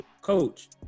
coach